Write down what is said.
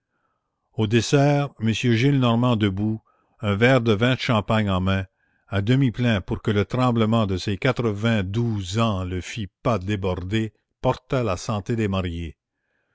au dessert m gillenormand debout un verre de vin de champagne en main à demi plein pour que le tremblement de ses quatre-vingt-douze ans ne le fît pas déborder porta la santé des mariés